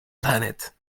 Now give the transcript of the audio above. planet